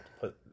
put